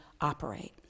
operate